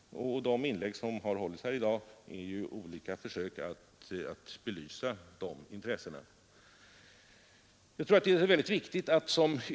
De inlägg som gjorts här i dag är ju olika försök att göra en sådan analys.